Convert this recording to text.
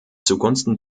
zugunsten